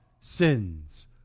sins